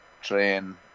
train